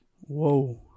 Whoa